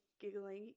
giggling